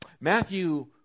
Matthew